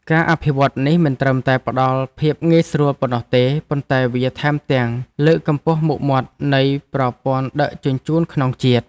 ការអភិវឌ្ឍន៍នេះមិនត្រឹមតែផ្ដល់ភាពងាយស្រួលប៉ុណ្ណោះទេប៉ុន្តែវាថែមទាំងលើកកម្ពស់មុខមាត់នៃប្រព័ន្ធដឹកជញ្ជូនក្នុងជាតិ។